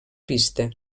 vista